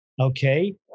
Okay